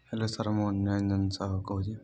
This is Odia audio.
ହ୍ୟାଲୋ ସାର୍ ମୁଁ ନିରଞ୍ଜନ ସାହୁ କହୁଛି